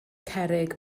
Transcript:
cerrig